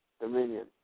dominion